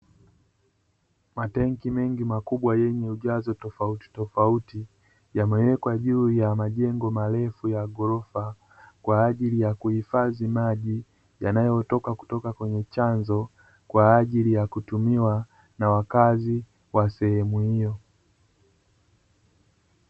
Matenki mengi makubwa yenye ujazo tofauti tofauti, yamewekwa juu ya majengo marefu ya ghorofa kwa ajili ya kuhifadhi maji yanayotoka kutoka kwenye chanzo kwa ajili ya kutumiwa na wakazi wa sehemu hiyo.